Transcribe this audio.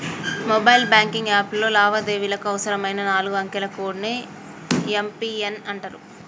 mobile banking యాప్లో లావాదేవీలకు అవసరమైన నాలుగు అంకెల కోడ్ ని యం.పి.ఎన్ అంటరు